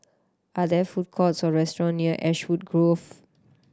are there food courts or restaurant near Ashwood Grove